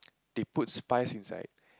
they put spice inside